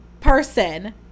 person